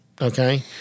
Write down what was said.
Okay